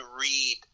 read